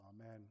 amen